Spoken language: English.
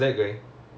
ya